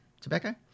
tobacco